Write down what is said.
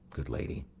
good lady.